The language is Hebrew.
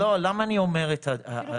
לא, למה אני אומר את זה?